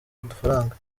udufaranga